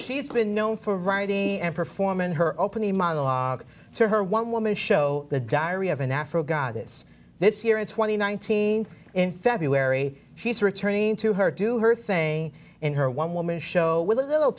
she's been known for writing and performing her opening monologue to her one woman show the diary of an afro goddess this year at twenty nineteen in february she's returning to her do her thing in her one woman show with a little